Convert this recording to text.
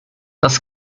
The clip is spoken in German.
das